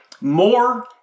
more